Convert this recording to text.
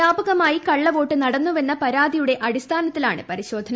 വ്യാപകമായി കള്ള വോട്ട് നടന്നു വെന്ന പരാതിയുടെ അടിസ്ഥാനത്തിലാണ് പരിശോധന